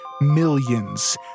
millions